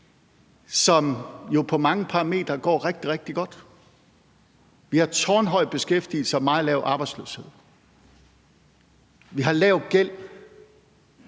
jo på mange parametre går rigtig, rigtig godt – vi har tårnhøj beskæftigelse og meget lav arbejdsløshed, vi har lav gæld,